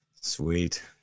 sweet